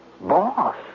Boss